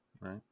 right